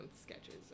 sketches